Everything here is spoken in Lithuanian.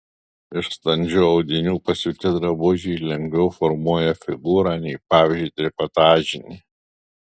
iš standžių audinių pasiūti drabužiai lengviau formuoja figūrą nei pavyzdžiui trikotažiniai